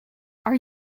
are